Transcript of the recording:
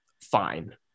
Fine